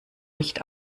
nicht